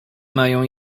mają